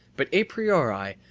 but a priori,